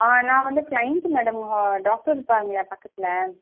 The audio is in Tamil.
ஆ நான் வந்து க்ளைண்ட்டு மேடம் உங்கள் டாக்டர் இருக்காங்களா பக்கத்தில்